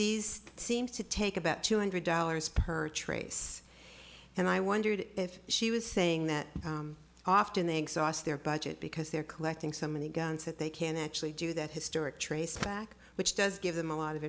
these seem to take about two hundred dollars per trace and i wondered if she was saying that often they exhaust their budget because they're collecting so many guns that they can actually do that historic trace back which does give them a lot of